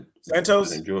Santos